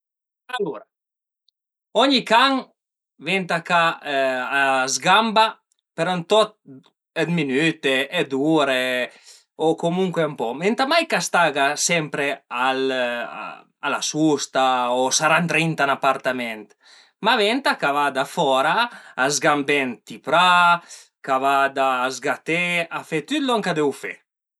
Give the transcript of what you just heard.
Alura ogni can venta ch'a sgamba për un tot dë minüte e d'ure o comuncue ën poch, venta mai ch'a staga sempre a la susta o sarà ëndrinta ün apartament, ma venta ca vada fora a sgambé ënt i pra, ch'a vada sgaté, a fe tüt lon ch'a deu fe